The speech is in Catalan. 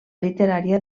literària